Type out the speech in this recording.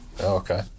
okay